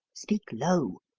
speak low.